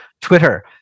Twitter